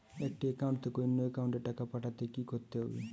একটি একাউন্ট থেকে অন্য একাউন্টে টাকা পাঠাতে কি করতে হবে?